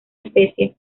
especie